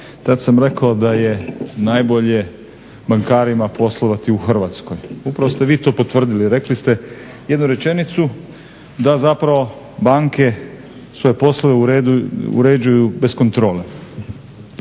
tad sam rekao da je najbolje bankarima poslovati u Hrvatskoj. Upravo ste vi to potvrdili, rekli ste jednu rečenicu da zapravo banke svoje poslove uređuju bez kontrole.